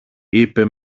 είπε